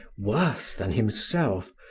worse than himself,